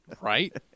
Right